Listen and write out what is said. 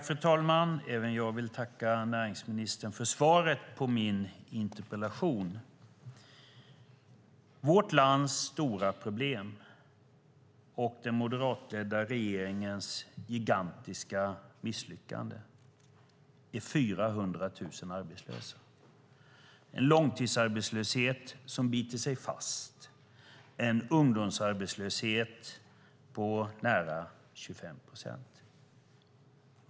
Fru talman! Även jag vill tacka näringsministern för svaret på min interpellation. Vårt lands stora problem och den moderatledda regeringens gigantiska misslyckande är 400 000 arbetslösa, en långtidsarbetslöshet som biter sig fast och en ungdomsarbetslöshet på nära 25 procent.